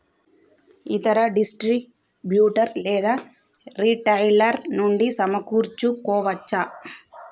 ఇతర డిస్ట్రిబ్యూటర్ లేదా రిటైలర్ నుండి సమకూర్చుకోవచ్చా?